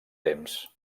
temps